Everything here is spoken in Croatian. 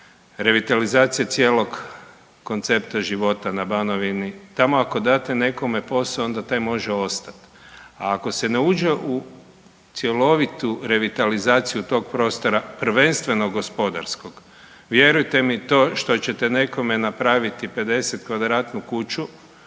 revitalizacija cijelog koncepta života na Banovini. Tamo ako date nekome posao, onda taj može ostati. A ako se ne uđe u cjelovitu revitalizaciju tog prostora, prvenstveno gospodarskog, vjerujte mi, to što ćete nekome napraviti 50-kvadratnu kuću,